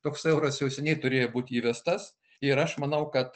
toks euras jau seniai turėjo būti įvestas ir aš manau kad